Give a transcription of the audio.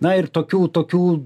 na ir tokių tokių